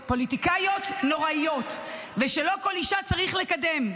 "פוליטיקאיות נוראיות" ו"לא כל אישה צריך לקדם"